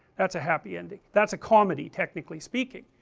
that's a happy ending, that's a comedy. technically speaking,